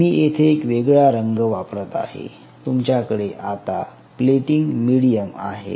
मी येथे एक वेगळा रंग वापरत आहे तुमच्याकडे आता प्लेटिंग मिडीयम आहे